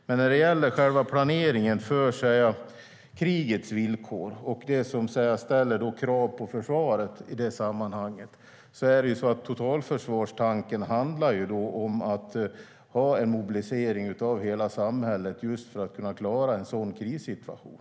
När det gäller själva planeringen för krigets villkor och det som ställer krav på försvaret i det sammanhanget är det så att totalförsvarstanken handlar om att ha en mobilisering av hela samhället just för att kunna klara en sådan krissituation.